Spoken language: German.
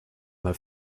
mal